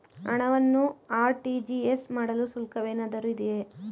ಹಣವನ್ನು ಆರ್.ಟಿ.ಜಿ.ಎಸ್ ಮಾಡಲು ಶುಲ್ಕವೇನಾದರೂ ಇದೆಯೇ?